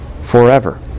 forever